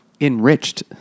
Enriched